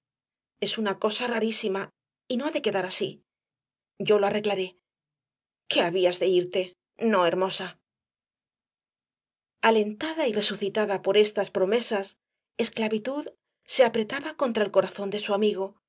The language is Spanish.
es una cosa rarísima y no ha de quedar así yo lo arreglaré qué habías de irte no hermosa alentada y resucitada por estas promesas esclavitud se apretaba contra el corazón de su amigo